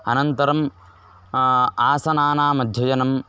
अनन्तरम् आसनानाम् अध्ययनम्